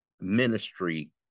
ministry